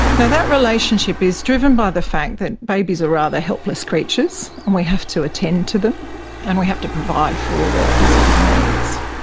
yeah that relationship is driven by the fact that babies are rather helpless creatures and we have to attend to them and we have to provide for all their physical needs,